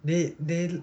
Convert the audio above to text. they they